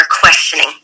questioning